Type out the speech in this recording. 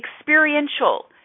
experiential